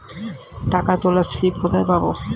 টাকা তোলার স্লিপ কোথায় পাব?